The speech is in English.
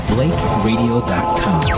BlakeRadio.com